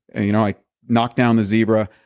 and you know i knocked down the zebra,